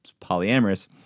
polyamorous